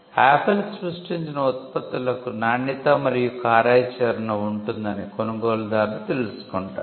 apple సృష్టించిన ఉత్పత్తులకు నాణ్యత మరియు కార్యాచరణ ఉంటుందని కొనుగోలుదారుడు తెలుసుకుంటాడు